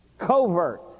covert